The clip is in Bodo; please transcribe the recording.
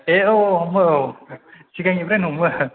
ए औ औ औ औ सिगांनिफ्रायनो हमो